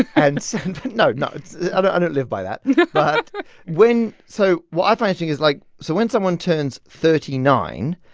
and, so no, no, and i don't live by that but when so what i find interesting is, like, so when someone turns thirty nine,